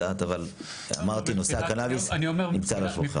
אמרתי, נושא הקנאביס נמצא על השולחן.